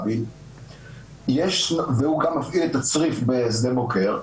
ולרבין, והוא גם מפעיל את הצריף בשדה בוקר,